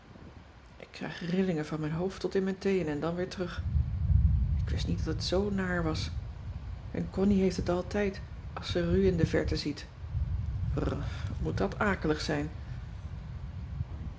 ik krijg rillingen van mijn hoofd tot in mijn teenen en dan weer terug ik wist niet dat het zoo naar was en connie heeft het altijd als ze ru in de verte ziet brr wat moet dat akelig zijn